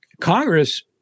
Congress